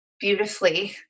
beautifully